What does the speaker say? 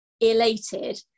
elated